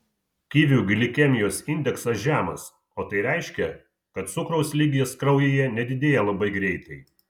kivių glikemijos indeksas žemas o tai reiškia kad cukraus lygis kraujyje nedidėja labai greitai